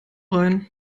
rein